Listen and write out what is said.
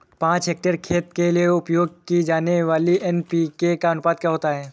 पाँच हेक्टेयर खेत के लिए उपयोग की जाने वाली एन.पी.के का अनुपात क्या होता है?